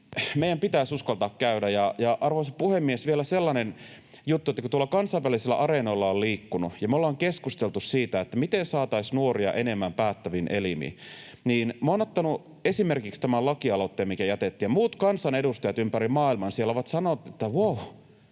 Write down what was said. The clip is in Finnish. meidän pitäisi uskaltaa käydä. Arvoisa puhemies! Vielä sellainen juttu, että kun tuolla kansainvälisillä areenoilla on liikkunut ja me ollaan keskusteltu siitä, miten saataisiin nuoria enemmän päättäviin elimiin, niin minä olen ottanut esimerkiksi tämän lakialoitteen, mikä jätettiin. Muut kansanedustajat ympäri maailman siellä ovat sanoneet, että wau,